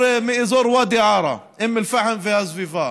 מאזור ואדי עארה, אום אל-פחם והסביבה,